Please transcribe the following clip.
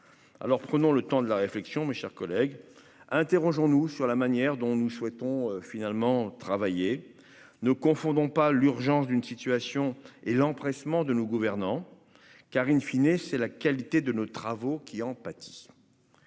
alors prenons le temps de la réflexion, mes chers collègues, interrogeons-nous sur la manière dont nous souhaitons finalement travailler ne confondons pas l'urgence d'une situation et l'empressement de nos gouvernants car in fine, et c'est la qualité de nos travaux qui en pâtissent.